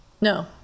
No